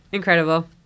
incredible